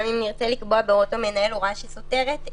גם אם נרצה לקבוע הוראות המנהל הוראה שהיא סותרת,